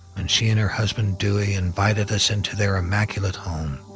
and she and her husband dewey invited us into their immaculate home,